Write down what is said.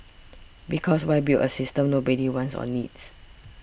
because why build a system nobody wants or needs